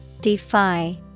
Defy